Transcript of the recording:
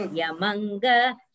Yamanga